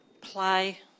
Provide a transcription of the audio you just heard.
Play